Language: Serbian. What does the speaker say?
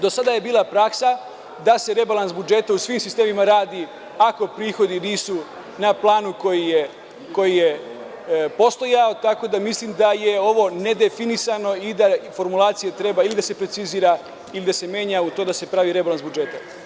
Do sada je bila praksa da se rebalans budžeta u svim sistemima radi ako prihodi nisu na planu koji je postojao, tako da mislim da je ovo nedefinisano i da formulacija treba ili da se precizira ili da se menja u to i da se pravi rebalans budžeta.